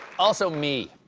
also me.